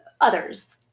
others